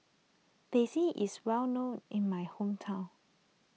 Teh C is well known in my hometown